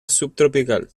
subtropical